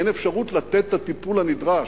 אין אפשרות לתת את הטיפול הנדרש,